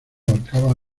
abarcaba